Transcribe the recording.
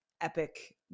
epic